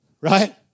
Right